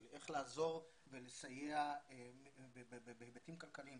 של איך לעזור ולסייע בהיבטים כלכליים.